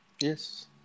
Yes